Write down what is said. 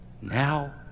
now